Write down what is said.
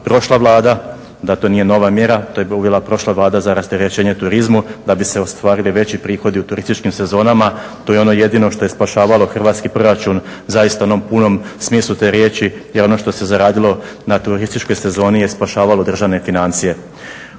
prošla Vlada, da to nije nova mjera, to je uvela prošla Vlada za rasterećenje turizma da bi se ostvarili veći prihodi u turističkim sezonama. To je ono jedino što je spašavalo hrvatski proračun zaista u onom punom smislu te riječi i ono što se zaradilo na turističkoj sezoni je spašavalo državne financije.